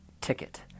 ticket